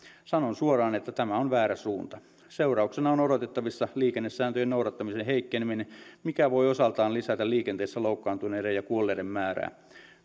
sanon suoraan että tämä on väärä suunta seurauksena on odotettavissa liikennesääntöjen noudattamisen heikkeneminen mikä voi osaltaan lisätä liikenteessä loukkaantuneiden ja kuolleiden määrää